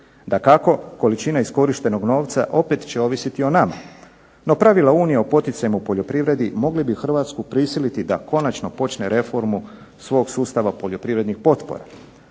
Dakako, količina iskorištenog novca opet će ovisiti o nama. NO, pravila Unije o poticajima u poljoprivredi mogli bi Hrvatsku prisiliti da konačnu počne reformu svog sustava poljoprivrednih potpora.